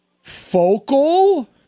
focal